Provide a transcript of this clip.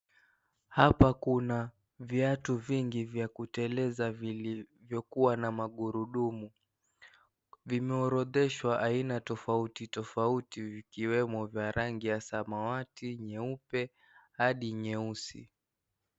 Hapa kuna viatu vingi vya kuteleza vilivyokuwa na magurudumu, vimeorodheshwa kwa rangi tofauti tofauti, vikiwemo vya rangi ya samawati, nyeupe hadi nyeusi.